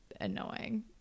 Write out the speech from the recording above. Annoying